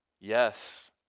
Yes